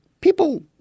people